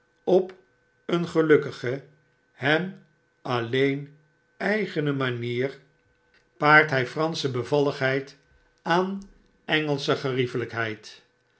op een gelukkige hem alleen eigene manier paart hij eransche bevalligheid aan